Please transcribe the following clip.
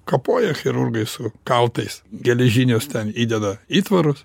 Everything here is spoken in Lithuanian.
kapoja chirurgai su kaltais geležinius ten įdeda įtvarus